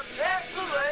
Excellent